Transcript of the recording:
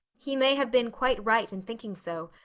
he may have been quite right in thinking so,